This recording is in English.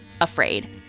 afraid